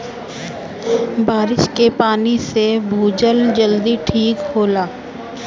बारिस के पानी से भूजल जल्दी ठीक होला